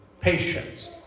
Patience